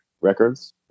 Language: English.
Records